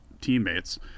teammates